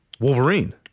Wolverine